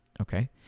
okay